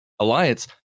Alliance